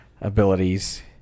abilities